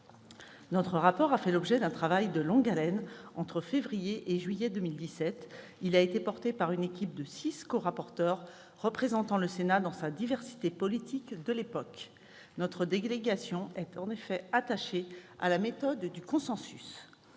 Notre rapport est issu d'un travail de longue haleine, accompli entre février et juillet 2017. Il a été porté par une équipe de six corapporteurs représentant le Sénat dans sa diversité politique de l'époque ; notre délégation est en effet attachée à la méthode du consensus.